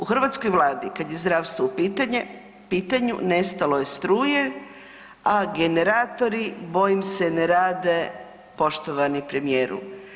U hrvatskoj Vladi kad je zdravstvo u pitanju nestalo je struje, a generatori bojim se ne rade poštovani premijeru.